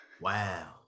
Wow